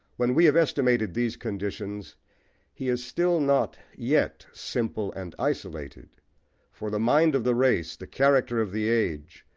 when we have estimated these conditions he is still not yet simple and isolated for the mind of the race, the character of the age,